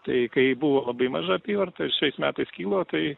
tai kai buvo labai maža apyvarta ir šiais metais kilo tai